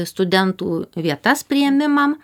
studentų vietas priėmimam